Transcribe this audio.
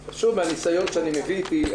שוב, מהניסיון שאני מביא איתי.